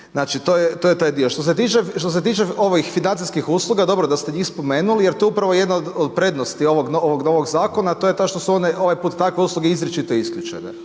Znači to je taj dio. Što se tiče ovih financijskih usluga, dobro je da ste njih spomenuli jer to je upravo jedan od prednosti ovog novog zakona, a to je ta što su one ovaj put takve usluge izričito isključene,